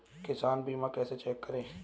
किसान बीमा कैसे चेक करें?